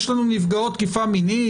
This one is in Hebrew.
יש לנו נפגעות תקיפה מינית,